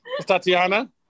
Tatiana